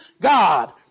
God